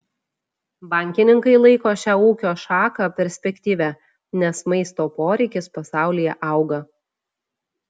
bankininkai laiko šią ūkio šaką perspektyvia nes maisto poreikis pasaulyje auga